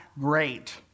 great